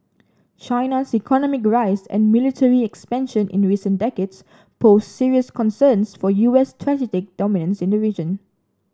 China's economic rise and military expansion in recent decades pose serious concerns for U S strategic dominance in the region